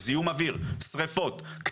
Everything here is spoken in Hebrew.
זיהום אוויר, שריפות, קצרים,